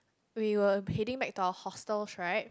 we were heading back to our hostels right